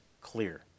clear